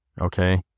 Okay